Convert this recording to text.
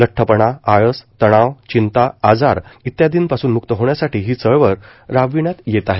लठ्ठपणा आळस तणाव चिंता आजार इत्यादी पासून मुक्त होण्यासाठी ही चळवळ राबविण्यात येत आहे